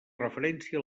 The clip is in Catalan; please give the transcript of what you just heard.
referència